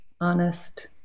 Honest